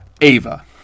Ava